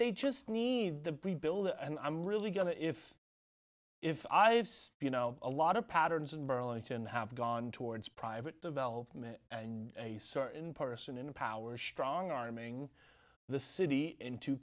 they just need to rebuild and i'm really going to if if i have you know a lot of patterns in burlington have gone towards private development and a certain person in power is strong arming the city into